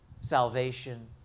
salvation